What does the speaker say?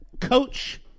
coach